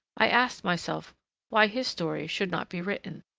i asked myself why his story should not be written,